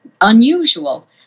unusual